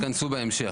ייכנסו בהמשך.